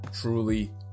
truly